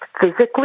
physically